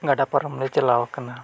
ᱜᱟᱰᱟ ᱯᱟᱨᱚᱢ ᱞᱮ ᱪᱟᱞᱟᱣ ᱟᱠᱟᱱᱟ